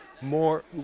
more